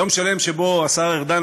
יום שלם שבו השר ארדן,